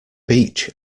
beech